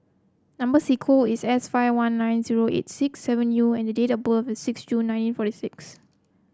number is S five one nine zero eight six seven U and the date of birth is six June nineteen forty six